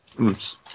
Oops